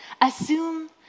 Assume